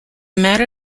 matter